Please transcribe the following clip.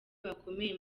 bakomeye